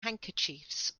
handkerchiefs